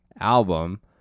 album